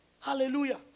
Hallelujah